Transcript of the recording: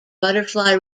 butterfly